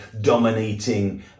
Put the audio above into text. dominating